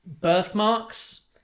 birthmarks